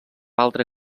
altre